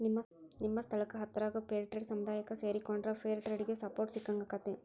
ನಿಮ್ಮ ಸ್ಥಳಕ್ಕ ಹತ್ರಾಗೋ ಫೇರ್ಟ್ರೇಡ್ ಸಮುದಾಯಕ್ಕ ಸೇರಿಕೊಂಡ್ರ ಫೇರ್ ಟ್ರೇಡಿಗೆ ಸಪೋರ್ಟ್ ಸಿಕ್ಕಂಗಾಕ್ಕೆತಿ